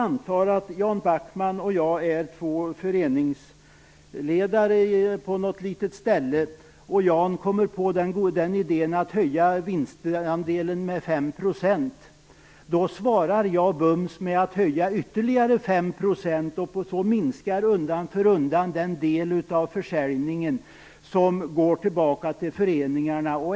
Anta att Jan Backman och jag är två föreningsledare på något litet ställe och att Jan kommer på idén att höja vinstandelen med 5 %. Då svarar jag bums med att höja ytterligare 5 %, och på så sätt minskar undan för undan den del av försäljningen som går tillbaka till föreningarna.